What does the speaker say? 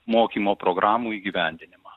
mokymo programų įgyvendinimą